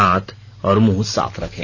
हाथ और मुंह साफ रखें